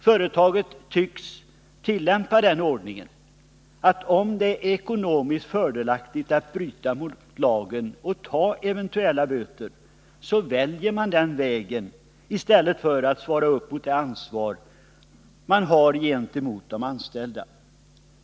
Företaget tycks tillämpa den ordningen att om det är ekonomiskt fördelaktigt att bryta mot lagen och ta eventuella böter, så väljer man den vägen i stället för att svara upp mot det ansvar man har gentemot de anställda.